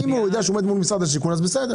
אם הוא יודע שהוא עומד מול משרד השיכון, אז בסדר.